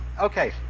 okay